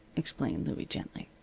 explained louie, gently.